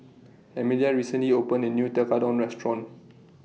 Amelia recently opened A New Tekkadon Restaurant